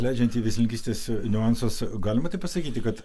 leidžiant į veislininkystės niuansus galima taip pasakyti kad